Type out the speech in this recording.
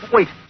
Wait